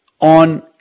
on